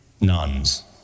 nuns